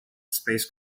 space